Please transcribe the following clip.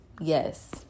Yes